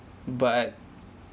but